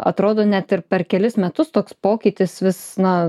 atrodo net ir per kelis metus toks pokytis vis na